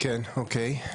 כן, אוקיי.